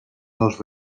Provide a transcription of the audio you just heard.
dos